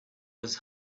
was